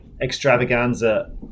extravaganza